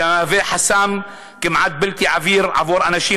שמהווה חסם כמעט בלתי עביר עבור אנשים